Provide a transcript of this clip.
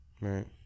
Right